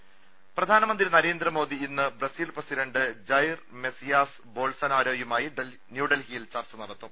ദുദ പ്രധാനമന്ത്രി നരേന്ദ്രമോദി ഇന്ന് Brazil president Jair Messias ബോൾസനാരോയുമായി ന്യൂഡൽഹിയിൽ ചർച്ച നടത്തും